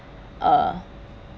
uh